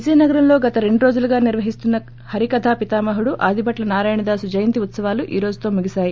విజయనగరంలో గత రెండు రోజులుగా నిర్వహిస్తున్న హరికథా పితామహుడు ఆదిభట్ల నారాయణదాసు జయంతి ఉత్పవాలు ఈ రోజుతో ముసిగిసాయి